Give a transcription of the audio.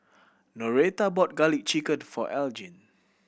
Noretta bought Garlic Chicken for Elgin